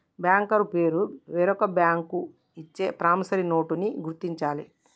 banker పేరు వేరొక bank ఇచ్చే ప్రామిసరీ నోటుని గుర్తించాలి